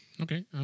Okay